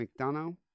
McDonough